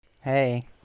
Hey